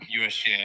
USGA